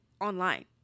online